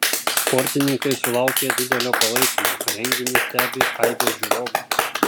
sportininkai sulaukia didelio palaikymo renginį stebi aibė žiūrovų